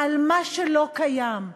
על מה שלא קיים.